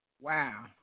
Wow